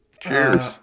Cheers